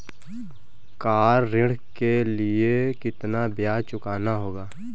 Car ऋण के लिए कितना ब्याज चुकाना होगा?